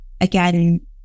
again